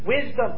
wisdom